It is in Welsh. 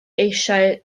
eisiau